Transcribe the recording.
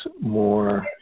more